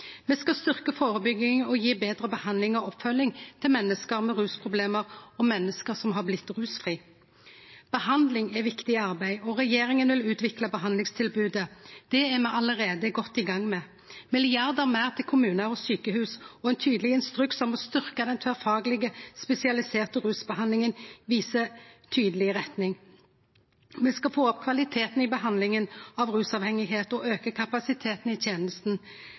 Me skal styrkje førebygginga og gje betre behandling og oppfølging til menneske med rusproblem og menneske som har blitt rusfrie. Behandling er viktig arbeid, og regjeringa vil utvikle behandlingstilbodet. Det er me allereie godt i gang med. Milliardar meir til kommunar og sjukehus og ein tydeleg instruks om å styrkje den tverrfaglege spesialiserte rusbehandlinga viser ei tydeleg retning. Me skal få opp kvaliteten i behandlinga av rusavhengigheit og auke kapasiteten i